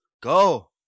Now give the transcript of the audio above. go